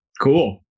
cool